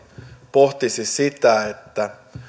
pohtisi sitä että